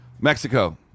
Mexico